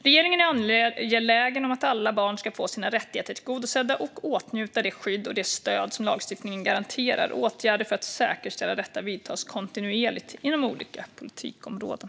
Regeringen är angelägen om att alla barn ska få sina rättigheter tillgodosedda och åtnjuta det skydd och det stöd som lagstiftningen garanterar. Åtgärder för att säkerställa detta vidtas kontinuerligt inom olika politikområden.